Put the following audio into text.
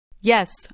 Yes